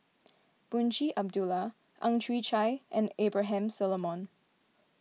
Munshi Abdullah Ang Chwee Chai and Abraham Solomon